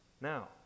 Now